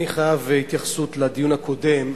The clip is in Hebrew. אני חייב התייחסות לדיון הקודם,